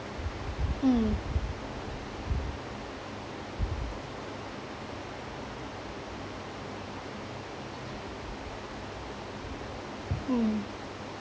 mm mm